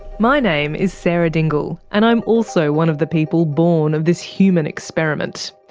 my name is sarah dingle, and i'm also one of the people born of this human experiment.